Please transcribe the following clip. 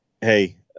hey